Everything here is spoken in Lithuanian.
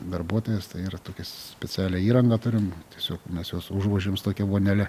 darbuotojas tai yra tokia specialią įrangą turim tiesiog mes juos užvožiam su tokia vonele